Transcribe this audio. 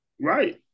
right